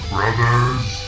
Brothers